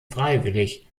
freiwillig